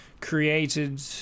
created